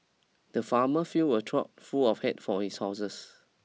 the farmer filled a trough full of hay for his horses